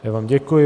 Já vám děkuji.